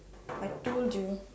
I told you